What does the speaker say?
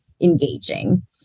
engaging